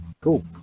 Cool